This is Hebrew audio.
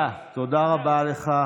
תודה, תודה רבה לך.